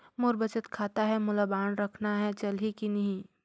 मोर बचत खाता है मोला बांड रखना है चलही की नहीं?